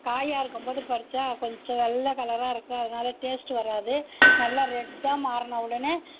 காயாக இருக்கும்போது பறிச்சா கொஞ்சம் வெள்ளை கலராக இருக்கு அதனால் டேஸ்ட்டு வராது நல்லா ரெட்டாக மாறின உடனே